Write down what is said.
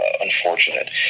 unfortunate